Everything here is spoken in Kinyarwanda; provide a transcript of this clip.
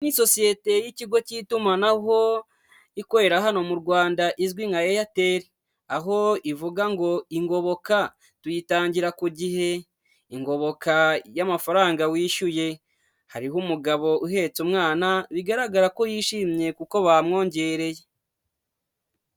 Iyi ni isosiyete y'ikigo cy'itumanaho ikorera hano mu Rwanda izwi nka Airtel, aho ivuga ngo ingoboka tuyitangira ku gihe, ingoboka y'amafaranga wishyuye, hariho umugabo uhetse umwana bigaragara ko yishimye kuko bamwongereye.